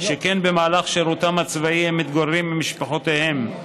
שכן במהלך שירותם הצבאי הם מתגוררים עם משפחותיהם,